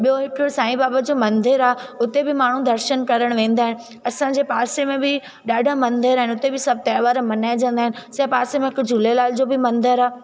ॿियों हिकिड़ो साईं बाबा जो मंदर आहे हुते बि माण्हू दर्शनु करण वेंदा आहिनि असांजे पासे में बि ॾाढा मंदर आहिनि हुते बि सभु त्योहार मल्हाएजंदा आहिनि आसेपासे में हिक झूलेलाल जो बि मंदरु आहे